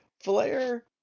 Flair